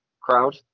crowd